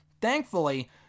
Thankfully